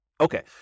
Okay